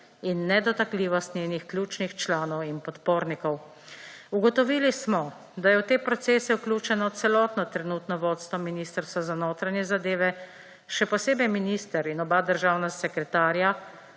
in nedotakljivost njenih ključnih članov in podpornikov. Ugotovili smo, da je v te procese vključeno celotno trenutno vodstvo Ministrstva za notranje zadeve, še posebej minister in oba državna sekretarja,